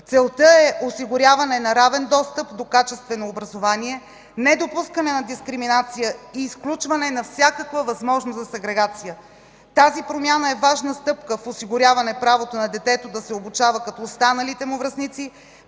Целта е осигуряване на равен достъп до качествено образование, недопускане на дискриминация и изключване на всякаква възможност за сегрегация. Тази промяна е важна стъпка в осигуряване правото на детето да се обучава като останалите му връстници,